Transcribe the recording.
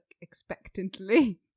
expectantly